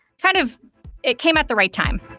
kind of it came at the right time.